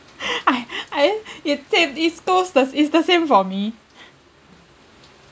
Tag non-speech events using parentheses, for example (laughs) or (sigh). (laughs) I I it taste is those is the same for me